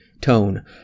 tone